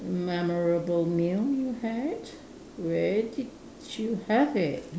memorable meal you had where did you have it